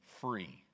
free